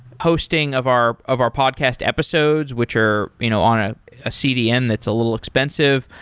posting of our of our podcast episodes, which are you know on ah a cdn that's a little expensive.